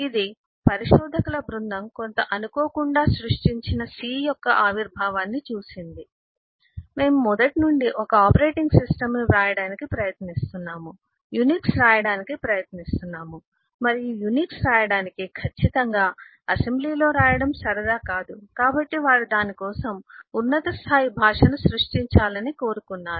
ఇది పరిశోధకుల బృందం కొంత అనుకోకుండా సృష్టించిన C యొక్క ఆవిర్భావాన్ని చూసింది మేము మొదటి నుండి ఒక ఆపరేటింగ్ సిస్టమ్ను వ్రాయడానికి ప్రయత్నిస్తున్నాము యునిక్స్ రాయడానికి ప్రయత్నిస్తున్నాము మరియు యునిక్స్ రాయడానికి ఖచ్చితంగా అసెంబ్లీలో రాయడం సరదా కాదు కాబట్టి వారు దాని కోసం ఉన్నత స్థాయి భాషను సృష్టించాలని కోరుకున్నారు